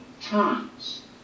times